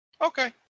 Okay